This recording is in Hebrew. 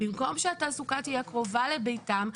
במקום שהתעסוקה תהיה קרובה לביתם,